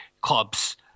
clubs